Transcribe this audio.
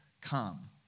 come